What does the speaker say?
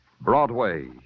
Broadway